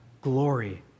glory